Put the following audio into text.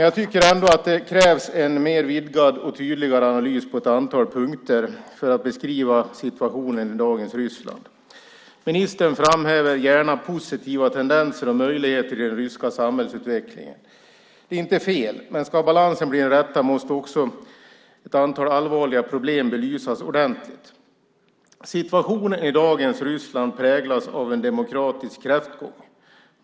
Jag tycker ändå att det krävs en mer vidgad och tydligare analys på ett antal punkter för att beskriva situationen i dagens Ryssland. Ministern framhäver gärna positiva tendenser och möjligheter i den ryska samhällsutvecklingen. Det är inte fel, men om balansen ska bli den rätta måste också ett antal allvarliga problem belysas ordentligt. Situationen i dagens Ryssland präglas av en demokratisk kräftgång.